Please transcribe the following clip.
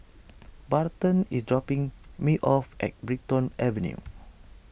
Barton is dropping me off at Brighton Avenue